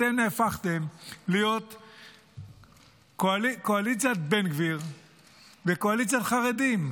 אתם נהפכתם להיות קואליציית בן גביר וקואליציית חרדים.